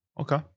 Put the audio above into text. Okay